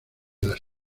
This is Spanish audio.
las